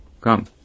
come